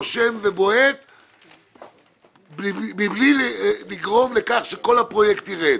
נושם ובועט מבלי לגרום לכך שכל הפרויקט ירד.